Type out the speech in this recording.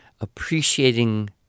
appreciating